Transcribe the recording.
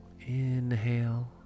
Inhale